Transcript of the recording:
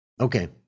Okay